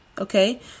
Okay